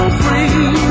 free